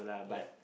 yeah